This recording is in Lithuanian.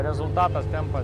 rezultatas tempa